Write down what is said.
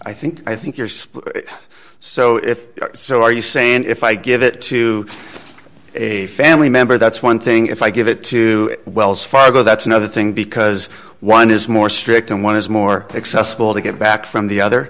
i think i think yours so if so are you saying if i give it to a family member that's one thing if i give it to wells fargo that's another thing because one is more strict and one is more successful to get back from the other